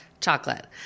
Chocolate